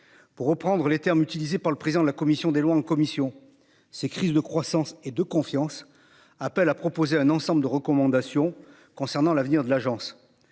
Pour reprendre les termes utilisés par le président de la commission des lois en commission. Ces crises de croissance et de confiance. Appel à proposer un ensemble de recommandations concernant l'avenir de l'agence.